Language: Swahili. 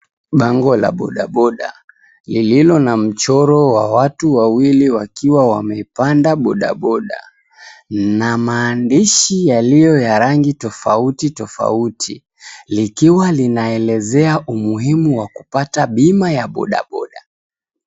Bango la bodaboda lililo na mchoro wa watu wawili wakiwa wamepanda bodaboda na maandishi yaliyo ya rangi tofauti tofauti, likiwa linaelezea umuhimu wa kupata bima ya bodaboda.